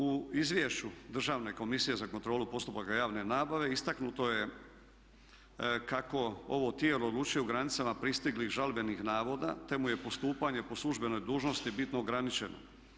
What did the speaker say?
U izvješću Državne komisije za kontrolu postupaka javne nabave istaknuto je kako ovo tijelo odlučuje u granicama pristiglih žalbenih navoda te mu je postupanje po službenoj dužnosti bitno ograničeno.